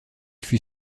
fut